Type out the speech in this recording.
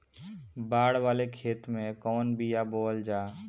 बाड़ वाले खेते मे कवन बिया बोआल जा?